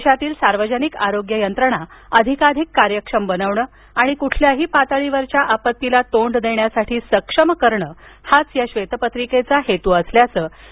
देशातील सार्वजनिक आरोग्य यंत्रणा अधिकाधिक कार्यक्षम करणं आणि कुठल्याही पातळीवरील आपत्तीला तोंड देण्यासाठी सक्षम बनवणं हाच या श्वेतपत्रिकेचा हेतू असल्याचं त्यांनी नमूद केलं